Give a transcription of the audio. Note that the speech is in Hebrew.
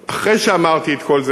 אחרי שאמרתי את כל זה,